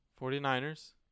49ers